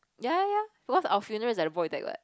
ya ya because our funeral is at the void deck what